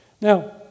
Now